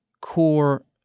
core